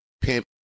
Pimp